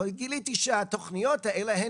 אבל גיליתי שהתוכניות האלה,